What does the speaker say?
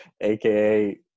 AKA